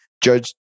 Judge